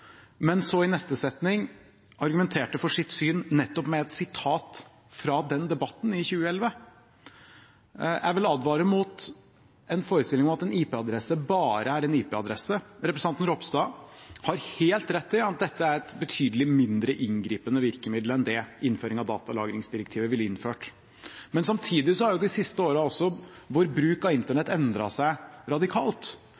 Men så i neste setning argumenterte hun for sitt syn nettopp med et sitat fra den debatten i 2011. Jeg vil advare mot en forestilling om at en IP-adresse bare er en IP-adresse. Representanten Ropstad har helt rett i at dette er et betydelig mindre inngripende virkemiddel enn innføring av datalagringsdirektivet ville medført. Men samtidig har også bruk av internett endret seg radikalt de siste